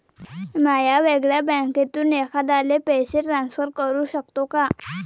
म्या वेगळ्या बँकेतून एखाद्याला पैसे ट्रान्सफर करू शकतो का?